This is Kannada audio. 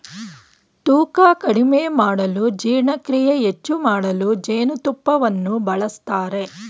ತೂಕ ಕಡಿಮೆ ಮಾಡಲು ಜೀರ್ಣಕ್ರಿಯೆ ಹೆಚ್ಚು ಮಾಡಲು ಜೇನುತುಪ್ಪವನ್ನು ಬಳಸ್ತರೆ